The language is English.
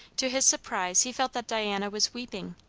to his surprise he felt that diana was weeping,